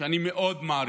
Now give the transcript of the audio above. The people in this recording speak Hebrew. שאני מאוד מעריך,